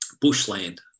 bushland